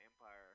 Empire